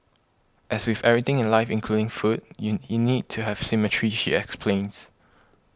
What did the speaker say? as with everything in life including food you you need to have symmetry she explains